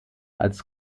als